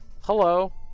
Hello